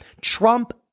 Trump